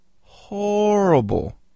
horrible